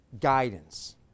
guidance